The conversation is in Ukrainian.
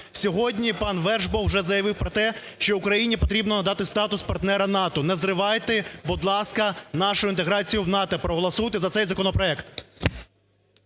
Сьогодні пан Вершбоу вже заявив про те, що Україні потрібно надати статус партнера НАТО. Не зривайте, будь ласка, нашу інтеграцію в НАТО, проголосуйте за цей законопроект.